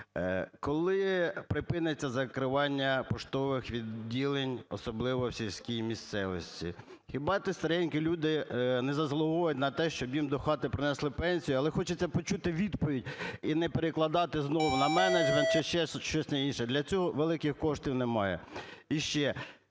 Коли припиниться закривання поштових відділень, особливо в сільській місцевості? Хіба ці старенькі люди не заслуговують на те, щоб їм до хати принесли пенсію? Але хочеться почути відповідь і не перекладати знову на менеджмент чи ще щось на інше, для цього великих коштів немає.